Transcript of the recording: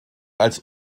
als